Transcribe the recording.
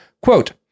Quote